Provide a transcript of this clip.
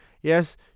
Yes